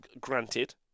granted